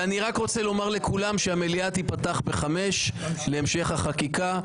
אני רוצה לומר לכולם שהמליאה תיפתח בשעה 17:00 להמשך החקיקה,